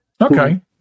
Okay